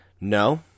No